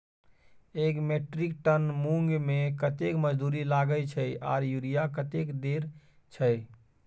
एक metric tonne मूंग में कतेक मजदूरी लागे छै आर यूरिया कतेक देर छै?